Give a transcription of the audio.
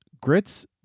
grits